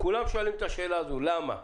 כולם שואלים את השאלה הזאת למה?